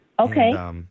Okay